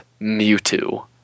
Mewtwo